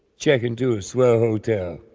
check into a swell hotel.